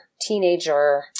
teenager